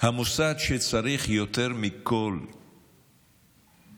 המוסד שצריך יותר מכול להשפיע